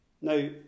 Now